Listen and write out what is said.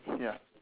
ya